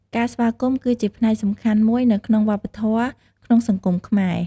ការស្វាគមន៍គឺជាផ្នែកសំខាន់មួយនៅក្នុងវប្បធម៌ក្នុងសង្គមខ្មែរ។